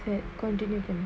that continue that